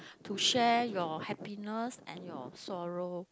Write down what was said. to share your happiness and your sorrow